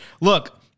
Look